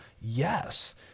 Yes